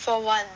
for one